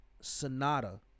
Sonata